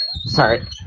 Sorry